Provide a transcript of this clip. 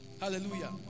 Hallelujah